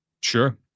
Sure